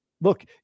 look